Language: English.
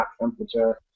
temperature